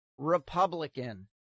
Republican